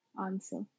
answer